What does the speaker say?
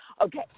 Okay